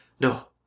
No